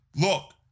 look